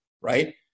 right